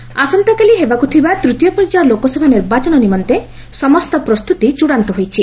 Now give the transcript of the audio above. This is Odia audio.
ପୋଲିଙ୍ଗ୍ ଆସନ୍ତାକାଲି ହେବାକୁ ଥିବା ତୃତୀୟ ପର୍ଯ୍ୟାୟ ଲୋକସଭା ନିର୍ବାଚନ ନିମନ୍ତେ ସମସ୍ତ ପ୍ରସ୍ତୁତି ଚୂଡ଼ାନ୍ତ ହୋଇଛି